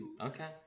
Okay